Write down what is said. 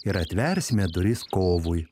ir atversime duris kovui